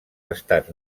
estats